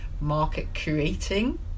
market-creating